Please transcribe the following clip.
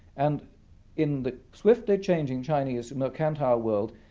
and in the swiftly changing chinese mercantile world,